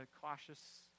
cautious